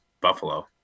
buffalo